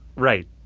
right.